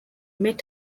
met